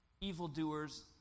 evildoers